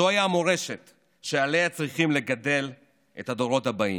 זוהי המורשת שעליה צריכים לגדל את הדורות הבאים.